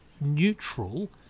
neutral